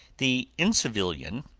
the incivilian,